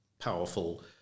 powerful